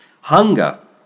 Hunger